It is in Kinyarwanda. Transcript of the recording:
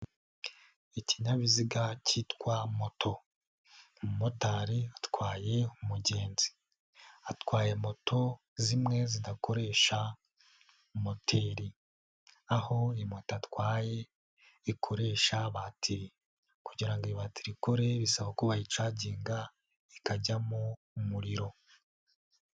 Ikinyabiziga cyitwa moto umumotari atwaye umugenzi, atwaye moto zimwe zidakoresha moteri, aho imoto atwaye ikoresha batiri kugira ngo iyi batiri ikore bisaba ko bayicaginga ikajyamo umuriro.